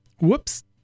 Whoops